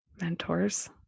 mentors